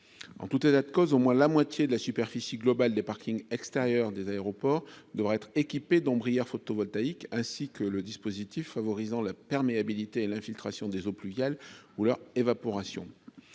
en tout état de cause au moins la moitié de la superficie globale des parkings extérieurs des aéroports devraient être équipés d'ombrière photovoltaïque, ainsi que le dispositif favorisant la perméabilité l'infiltration des eaux pluviales ou leur évaporation